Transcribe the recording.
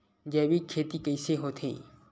जैविक खेती कइसे होथे?